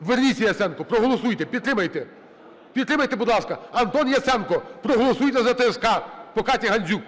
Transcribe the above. Верніться, Яценко, проголосуйте, підтримайте. Підтримайте, будь ласка. Антон Яценко, проголосуйте за ТСК по Каті Гандзюк.